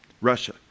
Russia